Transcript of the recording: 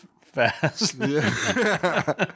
fast